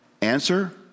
Answer